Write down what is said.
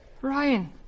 Ryan